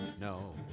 No